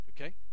okay